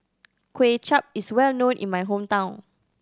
Kway Chap is well known in my hometown